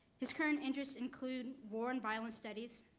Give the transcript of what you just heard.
his current interests include war and violence studies,